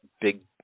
big